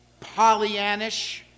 Pollyannish